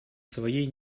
своей